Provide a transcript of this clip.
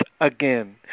again